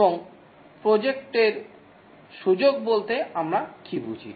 এবং প্রজেক্টের সুযোগ বলতে আমরা কী বুঝি